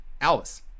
Alice